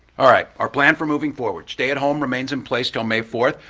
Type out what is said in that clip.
all right. our plan for moving forward. stay at home remains in place til may fourth.